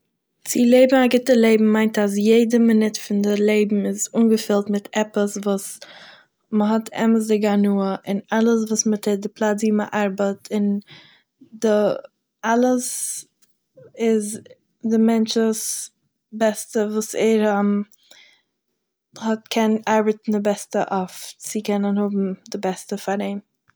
צו לעבן א גוטע לעבן מיינט, אז יעדע מינוט פון די לעבן איז אנגעפילט מיט עפעס וואס מ'האט אמת'דיג הנאה אין אלעס וואס מ'טוהט; די פלאץ וואו מען ארבעט, די אלעס איז דער מענטש וואס, דאס בעסטע וואס ער קען ארבעטן די בעסטע אויף, צו קענען האבן די בעסטע פאר אים